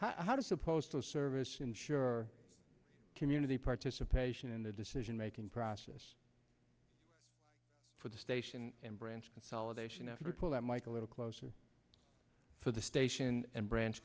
how does a postal service ensure community participation in the decision making process for the station and branch consolidation after pull that mike a little closer to the station and branch